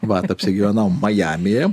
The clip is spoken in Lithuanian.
vat apsigyvenau majamyje